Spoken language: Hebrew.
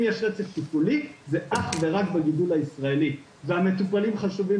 אם יש רצף טיפולי זה אך ורק בגידול הישראלי והמטופלים חשובים